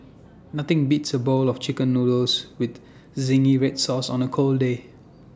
nothing beats A bowl of Chicken Noodles with Zingy Red Sauce on A cold day